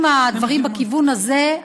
אם הדברים הם בכיוון הזה,